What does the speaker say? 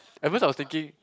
at first I was thinking